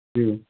جی